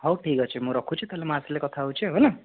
ହଉ ଠିକ୍ ଅଛି ମୁଁ ରଖୁଛି ତା'ହେଲେ ମୁଁ ଆସିଲେ କଥା ହେଉଛି ହେଲା